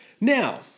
Now